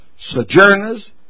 sojourners